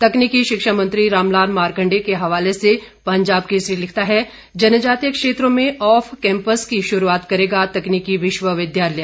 तकनीकी शिक्षा मंत्री रामलाल मारकंडेय के हवाले से पंजाब केसरी लिखता है जनजातीय क्षेत्रों में ऑफ कैंपस की शुरूआत करेगा तकनीकी विश्वविद्यालय